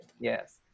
Yes